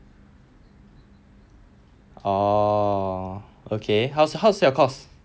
oh okay how's how's your course